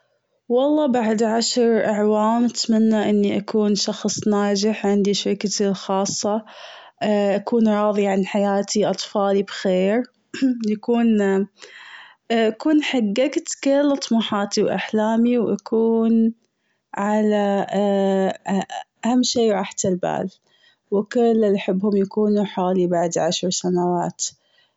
والله بعد عشر اعوام اتمنى أني اكون شخص ناجح عندي أشياء كثير خاصة. كوني راضية عن حياتي أطفالي بخير. يكون اكون حققت كل طموحاتي و أحلامي و اكون على على اهم شي راحة البال و كل اللي أحبهم يكونوا بعد حولي عشر سنوات.